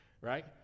right